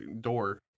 Door